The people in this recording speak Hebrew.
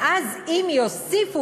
ואז אם יוסיפו,